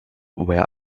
where